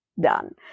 done